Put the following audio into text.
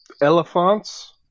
Elephants